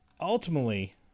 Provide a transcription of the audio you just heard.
ultimately